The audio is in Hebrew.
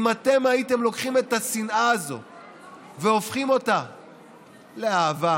אם אתם הייתם לוקחים את השנאה הזאת והופכים אותה לאהבה,